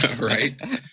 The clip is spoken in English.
right